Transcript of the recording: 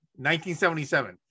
1977